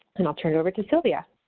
and i'll turn it over to silvia.